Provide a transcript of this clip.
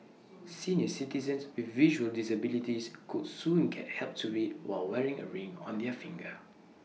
senior citizens with visual disabilities could soon get help to read while wearing A ring on their finger